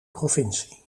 provincie